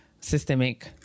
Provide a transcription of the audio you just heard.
systemic